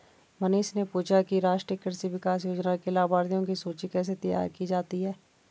मनीष ने पूछा कि राष्ट्रीय कृषि विकास योजना के लाभाथियों की सूची कैसे तैयार की जा सकती है